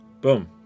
boom